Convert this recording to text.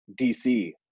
DC